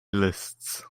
lists